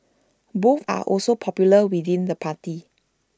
both are also popular within the party